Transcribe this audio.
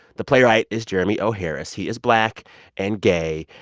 the playwright is jeremy o. harris. he is black and gay.